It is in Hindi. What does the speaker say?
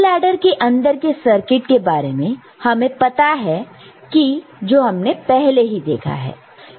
फुल एडर के अंदर के सर्किट के बारे में हमें पता ही है जो हमने पहले देखा है